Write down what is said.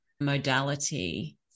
modality